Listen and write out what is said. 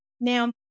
Now